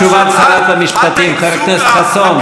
אז הציבור אומנם בחר בנו,